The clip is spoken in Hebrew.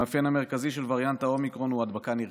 המאפיין המרכזי של וריאנט האומיקרון הוא הדבקה נרחבת.